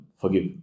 forgive